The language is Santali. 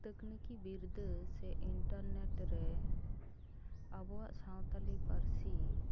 ᱛᱟᱹᱠᱱᱤᱠᱤ ᱵᱤᱨᱫᱟᱹ ᱥᱮ ᱤᱱᱴᱟᱨᱱᱮᱴ ᱨᱮ ᱟᱵᱚᱣᱟᱜ ᱥᱟᱶᱛᱟᱞᱤ ᱯᱟᱹᱨᱥᱤ